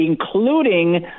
including